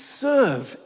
serve